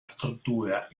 struttura